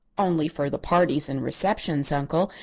only for the parties and receptions, uncle.